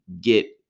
get